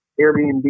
Airbnb